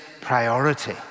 priority